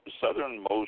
southernmost